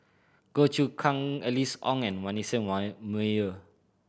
Goh Choon Kang Alice Ong and Manasseh Meyer